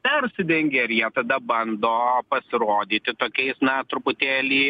persidengia ir jie tada bando pasirodyti tokiais na truputėlį